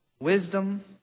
wisdom